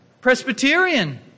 Presbyterian